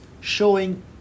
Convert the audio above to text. showing